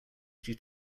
due